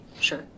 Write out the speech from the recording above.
Sure